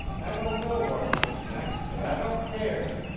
i don't know what comes next and i don't care!